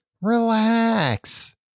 Relax